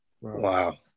Wow